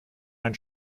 ein